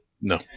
no